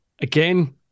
Again